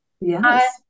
Yes